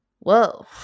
Whoa